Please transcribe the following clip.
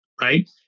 right